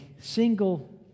single